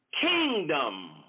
kingdom